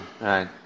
right